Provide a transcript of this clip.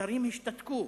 שרים השתתקו.